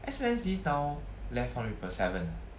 S_N_S_D now left how many people seven ah